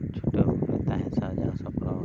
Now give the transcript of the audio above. ᱪᱷᱩᱴᱟᱹᱣ ᱠᱚ ᱛᱟᱦᱮᱱ ᱥᱟᱡᱟᱣ ᱥᱟᱯᱲᱟᱣ